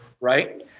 Right